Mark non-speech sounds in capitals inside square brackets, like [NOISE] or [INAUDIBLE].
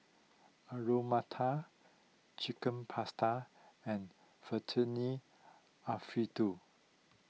Alu Matar Chicken Pasta and [UNINTELLIGIBLE] Alfredo